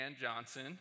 Johnson